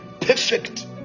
perfect